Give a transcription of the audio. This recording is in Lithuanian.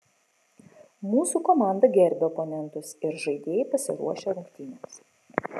mūsų komanda gerbia oponentus ir žaidėjai pasiruošę rungtynėms